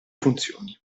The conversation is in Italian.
funzioni